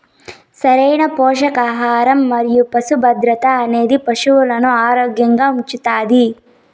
సరైన పోషకాహారం మరియు పరిశుభ్రత అనేది పశువులను ఆరోగ్యంగా ఉంచుతాది